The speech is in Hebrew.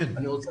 נדמה לי